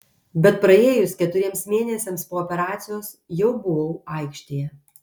bet praėjus keturiems mėnesiams po operacijos jau buvau aikštėje